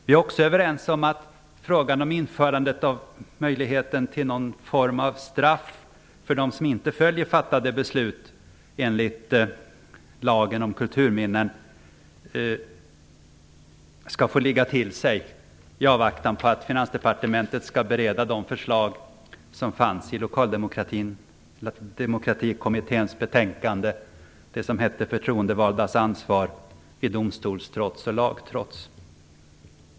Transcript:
Vi är också överens om att frågan om införandet av möjlighet till någon form av straff för dem som inte följer fattade beslut enligt lagen om kulturminnen skall få ligga till sig i avvaktan på Finansdepartementets beredning av förslagen i Lokaldemokratikommitténs betänkande Förtroendevaldas ansvar vid domstolstrots och lagtrots.